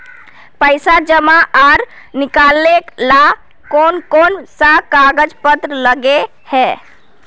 पैसा जमा आर निकाले ला कोन कोन सा कागज पत्र लगे है?